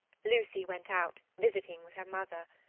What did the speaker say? lucy went out visiting with her mother,